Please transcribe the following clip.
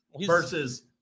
versus